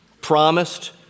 promised